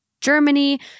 Germany